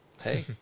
Hey